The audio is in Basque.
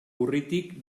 urritik